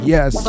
Yes